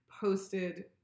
posted